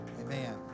Amen